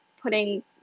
putting